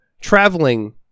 Traveling